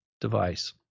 device